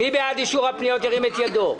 מי בעד אישור הפניות, ירים את ידו.